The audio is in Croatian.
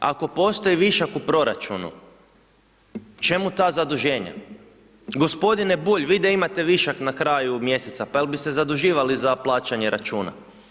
Ako postoji višak u proračunu, čemu ta zaduženja? g. Bulj vi da imate višak na kraju mjeseca, pa jel bi se zaduživali za plaćanje računa?